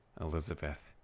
Elizabeth